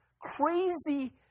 crazy